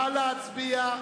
נא להצביע,